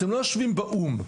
אתם לא יושבים באו"ם.